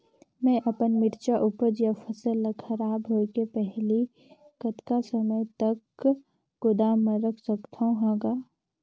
मैं अपन मिरचा ऊपज या फसल ला खराब होय के पहेली कतका समय तक गोदाम म रख सकथ हान ग?